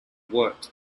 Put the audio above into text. worked